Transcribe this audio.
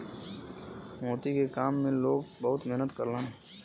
मोती के काम में लोग बहुत मेहनत करलन